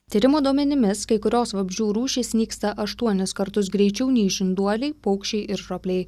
tyrimų duomenimis kai kurios vabzdžių rūšys nyksta aštuonis kartus greičiau nei žinduoliai paukščiai ir ropliai